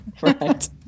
Right